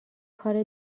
کار